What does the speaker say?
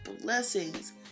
blessings